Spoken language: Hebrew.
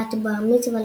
במלאת "בר מצווה"